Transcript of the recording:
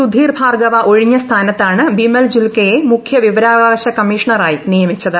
സുധീർ ഭാർഗവ ഒഴിഞ്ഞ സ്ഥാനത്താണ് ബിമൽ ജുൽക്കയെ മുഖ്യ വിവരാവകാശ കമ്മീഷണറായി നിയമിച്ചത്